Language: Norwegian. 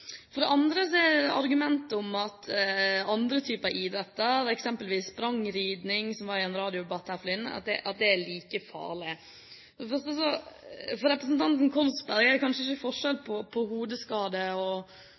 For det andre er det argumentet om at andre typer idretter, eksempelvis sprangridning, som var oppe i en radiodebatt forleden, er like farlige. For representanten Korsberg er det kanskje ikke forskjell på en hodeskade og